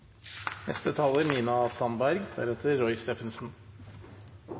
Neste taler er Roy Steffensen.